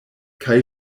kaj